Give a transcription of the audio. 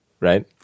Right